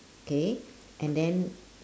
K and then